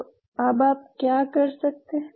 तो अब आप क्या कर सकते हैं